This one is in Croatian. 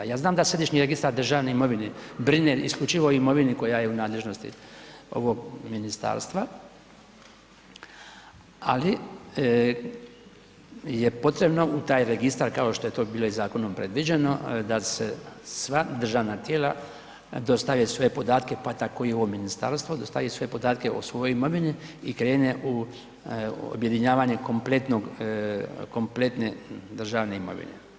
Ja znam da Središnji registar državne imovine brine isključivo o imovini koja je u nadležnosti ovog ministarstva, ali je potrebno u taj registar, kao što je to bilo i zakonom predviđeno da se sva državna tijela dostave svoje podatke, pa tako i ovo ministarstvo, dostavi sve podatke o svojoj imovini i krene u objedinjavanje kompletne državne imovine.